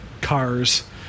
cars